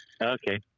Okay